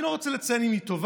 אני לא רוצה לציין אם היא טובה,